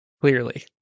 Clearly